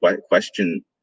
question